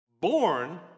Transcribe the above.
born